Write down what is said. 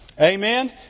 Amen